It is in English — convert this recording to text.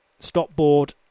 stopboard